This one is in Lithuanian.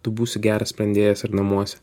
tu būsi geras sprendėjas ir namuose